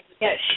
Yes